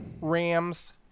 Rams